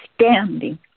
standing